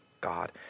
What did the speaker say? God